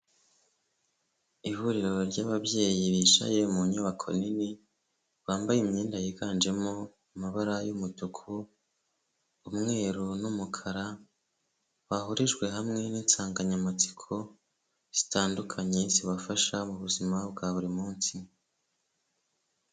Ihuriro ry'ababyeyi bicaye mu nyubako nini bambaye imyenda yiganjemo amabara y'umutuku, umweru n'umukara, bahurijwe hamwe n'insanganyamatsiko zitandukanye zibafasha mu buzima bwa buri munsi.